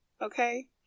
okay